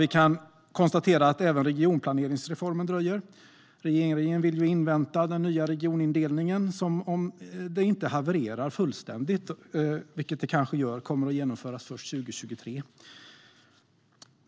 Vi kan konstatera att även regionplaneringsreformen dröjer. Regeringen vill invänta den nya regionindelningen som - om det inte havererar fullständigt, vilket det kanske gör - kommer att genomföras först 2023.